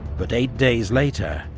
but eight days later,